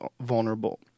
vulnerable